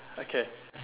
okay